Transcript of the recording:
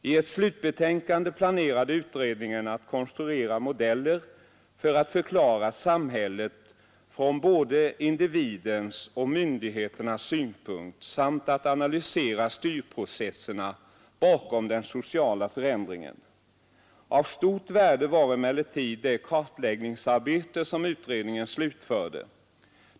I ett slutbetänkande planerade utredningen att konstruera modeller för att förklara samhället från både individens och myndigheternas synpunkt samt att analysera styrprocesserna bakom den sociala förändringen. Av stort värde var emellertid det kartläggningsarbete som utredningen slutförde.